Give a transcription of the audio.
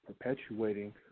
perpetuating